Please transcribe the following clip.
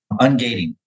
ungating